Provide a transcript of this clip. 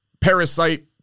parasite